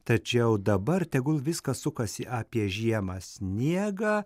tačiau dabar tegul viskas sukasi apie žiemą sniegą